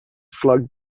slug